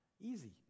Easy